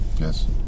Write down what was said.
Yes